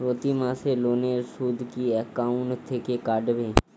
প্রতি মাসে লোনের সুদ কি একাউন্ট থেকে কাটবে?